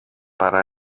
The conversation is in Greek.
παρά